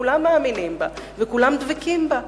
וכולם מאמינים בה וכולם דבקים בה.